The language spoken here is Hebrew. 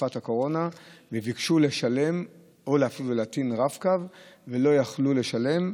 בתקופה הקורונה וביקשו לשלם או להפעיל ולהטעין רב-קו ולא יכלו לשלם,